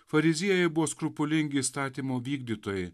fariziejai buvo skrupulingi įstatymo vykdytojai